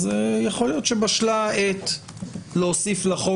אז יכול להיות שבשלה העת להוסיף לחוק